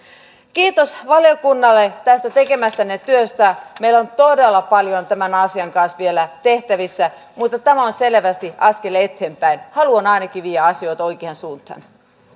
kiitos valiokunnalle tästä tekemästänne työstä meillä on todella paljon tämän asian kanssa vielä tehtävissä mutta tämä on selvästi askel eteenpäin haluan ainakin viedä asioita oikeaan suuntaan